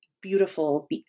Beautiful